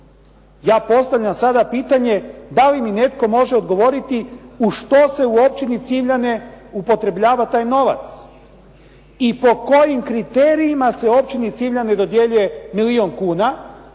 Ja postavljam sada pitanje da li mi netko može odgovoriti u što se u općini Civljane upotrebljava taj novac i po kojim kriterijima se općini Civljani dodjeljuje milijun kuna,